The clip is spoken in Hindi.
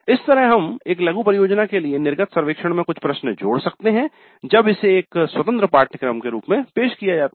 इस तरह हम एक लघु परियोजना के लिए निर्गत सर्वक्षण में कुछ प्रश्न जोड़ सकते हैं जब इसे एक स्वतंत्र पाठ्यक्रम के रूप में पेश किया जाता है